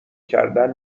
کردن